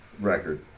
record